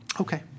Okay